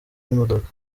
y’imodoka